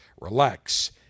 relax